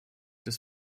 des